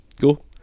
Cool